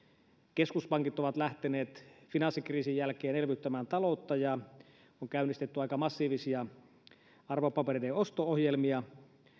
keskuspankit ovat lähteneet finanssikriisin jälkeen elvyttämään taloutta ja on käynnistetty aika massiivisia arvopapereiden osto ohjelmia